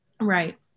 Right